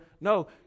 No